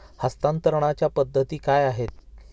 हस्तांतरणाच्या पद्धती काय आहेत?